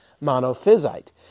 monophysite